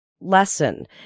lesson